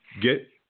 get –